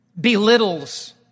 belittles